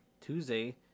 Tuesday